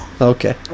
Okay